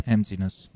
Emptiness